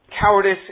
Cowardice